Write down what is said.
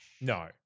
No